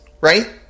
Right